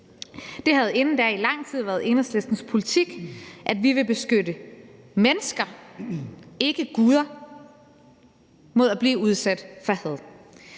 Det havde inden da i lang tid været Enhedslistens politik, at vi vil beskytte mennesker, ikke guder, mod at blive udsat for had.